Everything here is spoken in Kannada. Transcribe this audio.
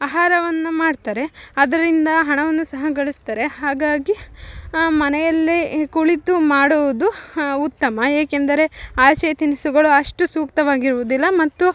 ಆಹಾರವನ್ನ ಮಾಡ್ತಾರೆ ಅದರಿಂದ ಹಣವನ್ನು ಸಹ ಗಳಿಸ್ತಾರೆ ಹಾಗಾಗಿ ಮನೆಯಲ್ಲೇ ಕುಳಿತು ಮಾಡುವುದು ಉತ್ತಮ ಏಕೆಂದರೆ ಆಚೆಯ ತಿನಿಸುಗಳು ಅಷ್ಟು ಸೂಕ್ತವಾಗಿ ಇರುವುದಿಲ್ಲ ಮತ್ತು